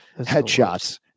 headshots